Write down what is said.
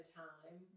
time